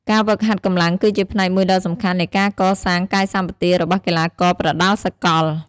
ការហ្វឹកហាត់កម្លាំងគឺជាផ្នែកមួយដ៏សំខាន់នៃការកសាងកាយសម្បទារបស់កីឡាករប្រដាល់សកល។